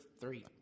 three